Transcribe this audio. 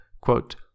quote